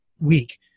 week